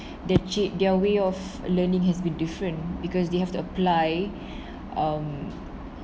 their tra~ their way of learning has been different because they have to apply um